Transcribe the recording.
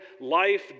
life